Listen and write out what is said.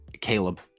Caleb